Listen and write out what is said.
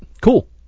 Cool